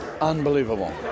unbelievable